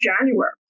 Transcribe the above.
January